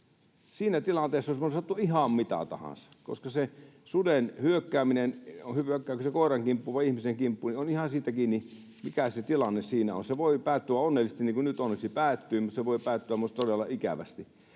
Siinä tilanteessa olisi voinut sattua ihan mitä tahansa, koska se suden hyökkääminen — hyökkääkö se koiran kimppuun vai ihmisen kimppuun — on ihan siitä kiinni, mikä se tilanne siinä on. Se voi päättyä onnellisesti, niin kuin nyt onneksi päättyi, mutta se voi päättyä myös todella ikävästi.